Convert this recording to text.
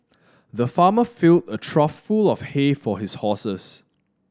the farmer fill a trough full of hay for his horses